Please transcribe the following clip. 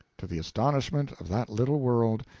to the astonishment of that little world,